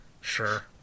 Sure